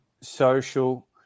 social